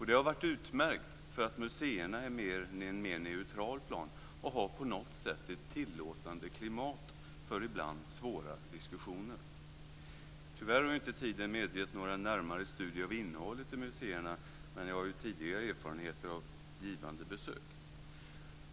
Det har varit utmärkt, för museerna är en mer neutral plan och har på något sätt ett tillåtande klimat för ibland svåra diskussioner. Tyvärr har inte tiden medgett några närmare studier av innehållet i museerna, men jag har tidigare erfarenheter av givande besök.